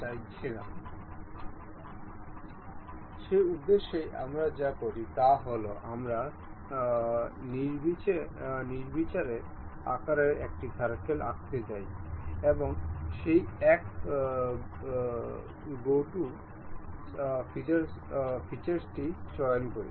আসুন আমরা কেবল দুটি ফেস এবং এই ফেস টি নির্বাচন করি